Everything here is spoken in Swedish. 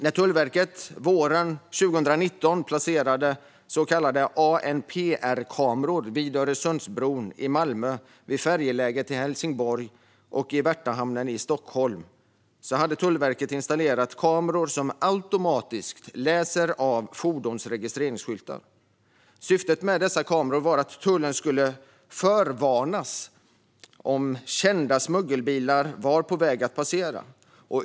När Tullverket våren 2019 placerade så kallade ANPR-kameror vid Öresundsbron i Malmö, vid färjeläget i Helsingborg och i Värtahamnen i Stockholm innebar det att Tullverket installerade kameror som automatiskt läser av fordons registreringsskyltar. Syftet med dessa kameror var att tullen skulle förvarnas om kända smuggelbilar var på väg att passera.